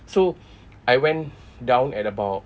so I went down at about